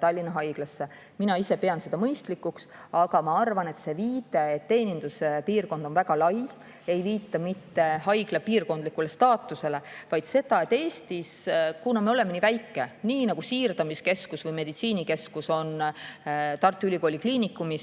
Tallinna Haiglasse. Mina ise pean seda mõistlikuks. Ma arvan, et see viide, et teeninduspiirkond on väga lai, ei viita mitte haigla piirkondlikule staatusele. Kuna me oleme nii väike [riik], on näiteks siirdamiskeskus või meditsiinikeskus Tartu Ülikooli Kliinikumis